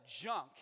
junk